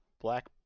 black